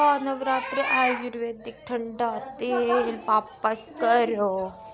उत्पाद नवरत्न आयुर्वेदक ठंडा तेल बापस करो